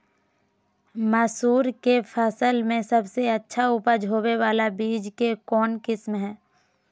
मसूर के फसल में सबसे अच्छा उपज होबे बाला बीज के कौन किस्म हय?